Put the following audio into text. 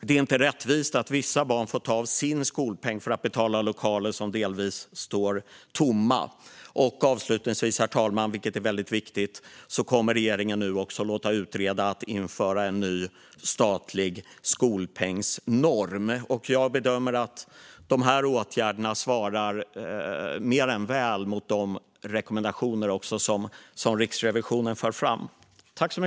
Det är inte rättvist att en del av vissa barns skolpeng ska gå till att betala för lokaler som står delvis tomma. Herr talman! Avslutningsvis: Regeringen kommer också att låta utreda införandet av en ny statlig skolpengsnorm. Det är viktigt. Jag bedömer att de här åtgärderna svarar mer än väl mot de rekommendationer som Riksrevisionen för fram.